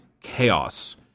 Chaos